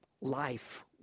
life